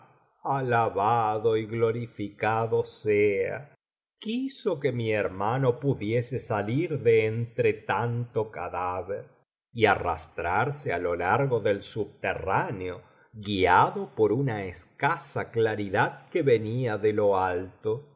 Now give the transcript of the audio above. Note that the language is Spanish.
alabado y glorificado sea quiso que mi hermano pudiese salir de entre tanto cadáver y arrastrarse á lo largo del subterráneo guiado por una escasa claridad que venia de lo alto y